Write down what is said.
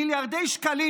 מיליארדי שקלים,